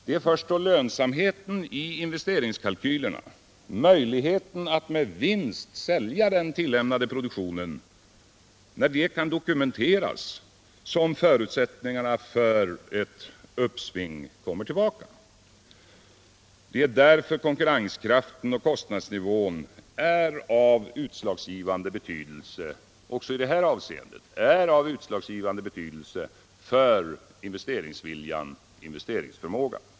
Det är först då lönsamheten i investeringskalkylerna, möjligheten att med vinst sälja den tillämnade produktionen, kan dokumenteras som förutsättningarna för ett uppsving kommer tillbaka. Det är därför konkurrenskraften och kostnadsnivån är av utslagsgivande betydelse även för investeringsviljan och investeringsförmågan.